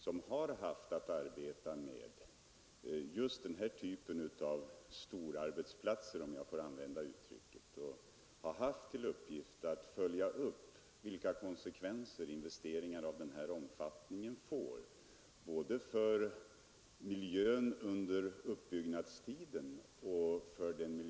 Den har arbetat med just den här typen av ”storarbetsplatser” och har haft till uppgift att följa upp vilka konsekvenser investeringar av denna omfattning får för miljön både under uppbyggnadstiden och framöver.